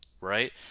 right